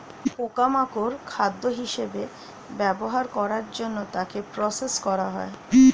পোকা মাকড় খাদ্য হিসেবে ব্যবহার করার জন্য তাকে প্রসেস করা হয়